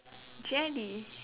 jelly